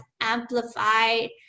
amplified